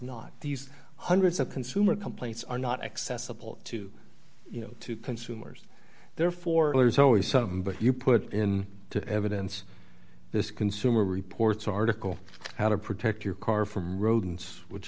not these hundreds of consumer complaints are not accessible to you know to consumers therefore there is always some but you put in to evidence this consumer reports article how to protect your car from rodents which